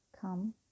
come